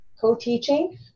co-teaching